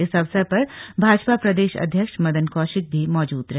इस अवसर पर भाजपा प्रदेश अध्यक्ष मदन कौशिक भी मौजूद रहे